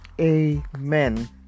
Amen